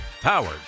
Powered